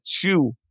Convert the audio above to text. two